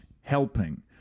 Helping